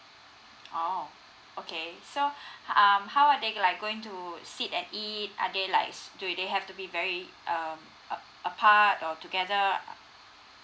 oh okay so um how are they like going to sit and eat are they like s~ do they have to be very um ap~ apart or together uh